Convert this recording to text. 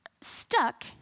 stuck